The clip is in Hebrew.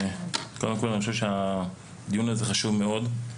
קודם כל, אני חושב שהדיון הזה חשוב מאוד.